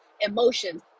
emotions